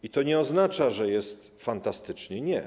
I to nie oznacza, że jest fantastycznie, nie.